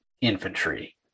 infantry